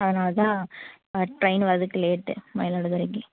அதனால் தான் ட்ரெயின் வர்றதுக்கு லேட்டு மயிலாடுதுறைக்கு